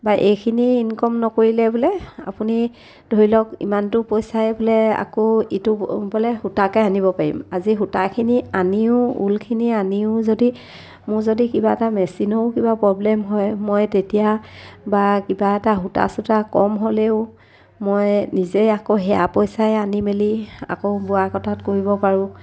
বা এইখিনি ইনকম নকৰিলে বোলে আপুনি ধৰি লওক ইমানটো পইচাৰে বোলে আকৌ ইটো বোলে সূতাকে আনিব পাৰিম আজি সূতাখিনি আনিও ঊলখিনি আনিও যদি মোৰ যদি কিবা এটা মেচিনৰো কিবা প্ৰব্লেম হয় মই তেতিয়া বা কিবা এটা সূতা চূতা কম হ'লেও মই নিজেই আকৌ সেয়া পইচাই আনি মেলি আকৌ বোৱা কটা কৰিব পাৰোঁ